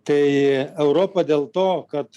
tai europa dėl to kad